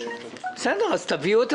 אז תביאו.